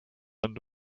end